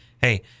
Hey